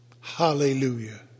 Hallelujah